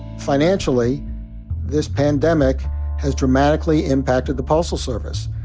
financially this pandemic has dramatically impacted the postal service,